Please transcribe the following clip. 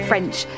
French